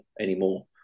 anymore